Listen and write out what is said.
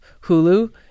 Hulu